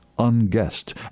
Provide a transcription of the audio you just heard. unguessed